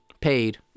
paid